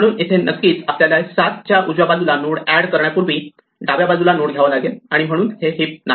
म्हणून नक्कीच इथे आपल्याला या 7 च्या उजव्या बाजूला नोड एड करण्यापूर्वी डाव्या बाजूला नोड घ्यावा लागेल आणि म्हणून हे हीप नाही